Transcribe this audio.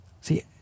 See